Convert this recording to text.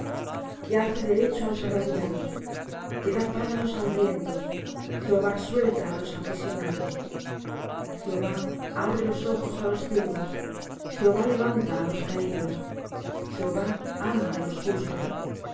que hace derecho á los agraviados que da pan á los hambrientos jehová suelta á los aprisionados jehová abre los ojos á los ciegos jehová levanta á los caídos jehová ama á los justos